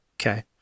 Okay